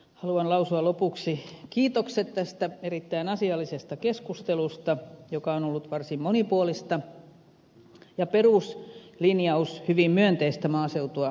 haluan lausua lopuksi kiitokset tästä erittäin asiallisesta keskustelusta joka on ollut varsin monipuolista ja peruslinjaus hyvin myönteistä maaseutua ajatellen